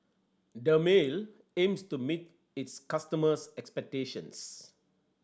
dermale aims to meet its customers' expectations